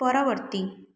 ପରବର୍ତ୍ତୀ